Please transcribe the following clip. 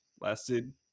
lasted